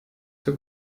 für